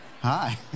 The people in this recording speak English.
Hi